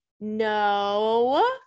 no